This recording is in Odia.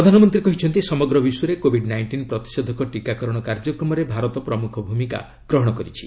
ପ୍ରଧାନମନ୍ତ୍ରୀ କହିଛନ୍ତି ସମଗ୍ର ବିଶ୍ୱରେ କୋବିଡ୍ ନାଇଷ୍ଟିନ୍ ପ୍ରତିଷେଧକ ଟିକାକରଣ କାର୍ଯ୍ୟକ୍ରମରେ ଭାରତ ପ୍ରମୁଖ ଭୂମିକା ଗ୍ରହଣ କରିଛି